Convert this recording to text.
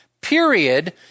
period